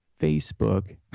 Facebook